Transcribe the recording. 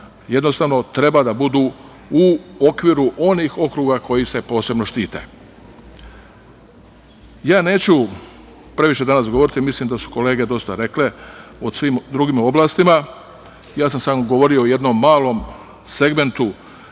jednostavno treba da budu u okviru onih okruga koji se posebno štite. Ja neću previše danas govoriti, mislim da su kolege dosta rekle o svim drugim oblastima, ja sam samo govorio o jednom malom segmentu